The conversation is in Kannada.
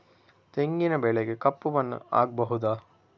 ತೆಂಗಿನ ಬೆಳೆಗೆ ಕಪ್ಪು ಮಣ್ಣು ಆಗ್ಬಹುದಾ?